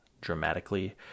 dramatically